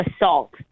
assault